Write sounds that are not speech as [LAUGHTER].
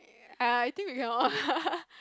ya I think we cannot [LAUGHS]